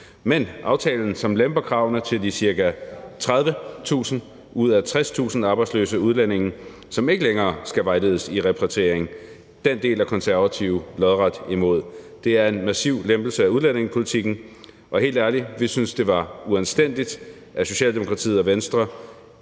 af aftalen, som lemper kravene til de ca. 30.000 ud af 60.000 arbejdsløse udlændinge, som ikke længere skal vejledes i repatriering, er Konservative lodret imod. Det er en massiv lempelse af udlændingepolitikken, og helt ærligt: Vi synes, det var uanstændigt, at Socialdemokratiet og Venstre